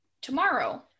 tomorrow